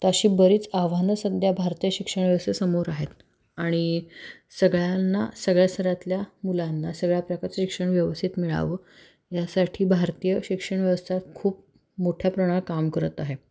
तर अशी बरीच आव्हानं सध्या भारतीय शिक्षण व्यवस्थेसमोर आहेत आणि सगळ्यांना सगळ्या स्तरातल्या मुलांना सगळ्या प्रकारचं शिक्षण व्यवस्थित मिळावं यासाठी भारतीय शिक्षण व्यवस्था खूप मोठ्या प्रणा काम करत आहे